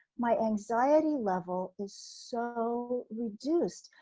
my anxiety level is so reduced.